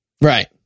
Right